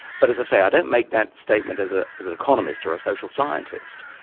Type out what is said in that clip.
but as i say, i don't make that statement as ah as an economist or a social scientist.